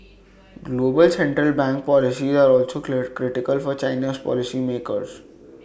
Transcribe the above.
global central bank policies are also clear critical for China's policy makers